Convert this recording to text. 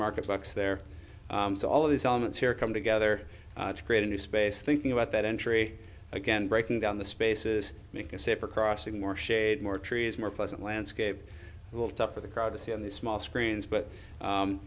market box there so all of these elements here come together to create a new space thinking about that entry again breaking down the spaces make it safer crossing more shade more trees more pleasant landscape will top of the crowds here in the small screens but